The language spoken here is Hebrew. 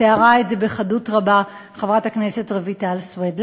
תיארה את זה בחדות רבה חברת הכנסת רויטל סויד.